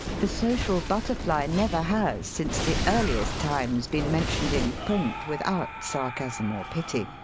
the social butterfly never has since the earliest times been mentioned in print without sarcasm or pity,